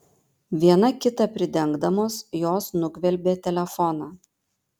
viena kitą pridengdamos jos nugvelbė telefoną